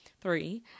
three